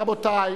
רבותי,